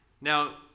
Now